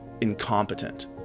incompetent